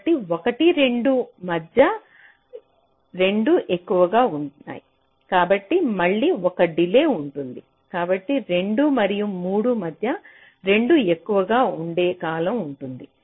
కాబట్టి 1 మరియు 2 మధ్య రెండూ ఎక్కువగా ఉన్నాయి కాబట్టి మళ్ళీ 1 డిలే ఉంటుంది కాబట్టి 2 మరియు 3 మధ్య రెండూ ఎక్కువగా ఉండే కాలం ఉంటుంది